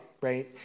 right